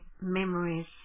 memories